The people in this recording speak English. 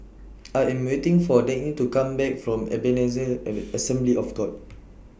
I Am waiting For Dagny to Come Back from Ebenezer At Assembly of God